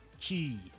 Key